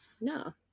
No